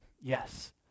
yes